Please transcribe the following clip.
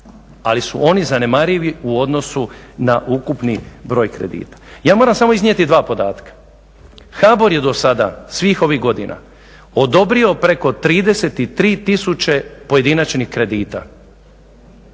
ali su oni zanemarivi u odnosu na ukupni broj kredita. Ja moram samo iznijeti dva podatka. HBOR je do sada, svih ovih godina, odobrio preko 33 000 pojedinačnih kredita,